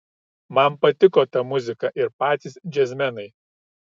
man patiko ta muzika ir patys džiazmenai